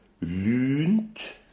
LUNT